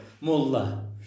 Mullah